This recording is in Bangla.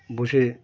বসে